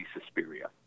Suspiria